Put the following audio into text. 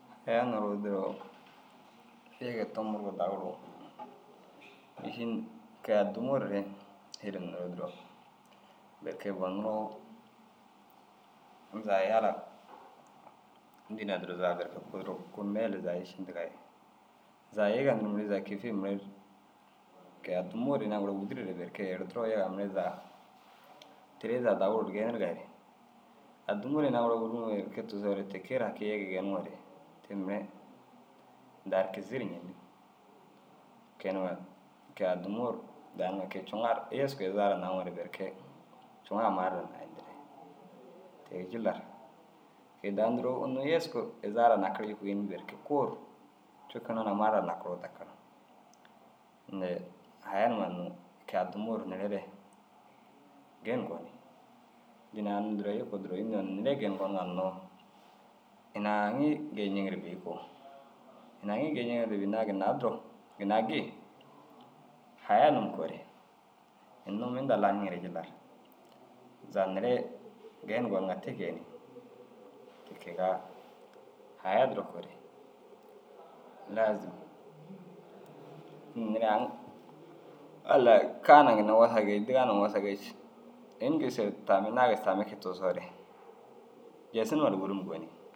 Haya nuruu duro yege tomuroo daguruu, mîšil kôi addimuure berke bonuroo zaga yala gûrsaa yalaa dînaa duro zaga berke kuu ru kuu meele ru zaga išindigaa ye zaga yege nuruu mire zaga kêefiye mire ru kee addimuure ru ina gura wûdureere berke yerdiroo yegaa mire zaga teere zaga daguruu ru geenirigaare addimuu ru ina wûruŋo berke tigisoore ti kee ri haki yege geeniŋore te mire indar kizii ru ñenni. Kee numa ke- i addimuu ru dau numa koi cuŋa ru yeski ru izaa raa naaŋore berke cuŋa mari nayii indire. Te- i jillar ke- i dau nduruu unnu yesku izaa raa nakirii yikuu înni? Berke kuu ru cukunoo na mari raa nakuroo dakir. Inda haya numa nuŋu ke- i addimuu ru neere re geenum gonii. Dînaa unnu duro yikuu duro înni yoo na neere i geenum gonuŋa hinnoo ina aŋii geeyi ñeŋire bêi koo. Ini aŋii geeyi ñeŋire bênna ginna duro ginna i gii haya num koo re ini num inda lañiŋire jillar. Zaga neere geenum goniŋa te geenii. Ti kegaa haya duro koo re laazum inda neere aŋ Allai kaa naa ginna wosa geeyi diga naa wosa geeyi ini gêser tamme naagis tamme kee tigisoore jesi numa ru wûrum gonii.